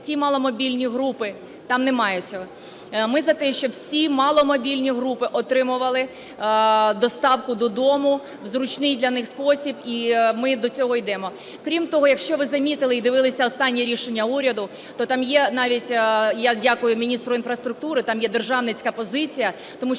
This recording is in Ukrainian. ті маломобільні групи… Там немає цього. Ми за те, щоб всі маломобільні групи отримували доставку додому в зручний для них спосіб і ми до цього йдемо. Крім того, якщо ви замітили і дивилися останнє рішення уряду, то там є, навіть, я дякую міністру інфраструктури, там є державницька позиція. Тому що,